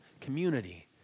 community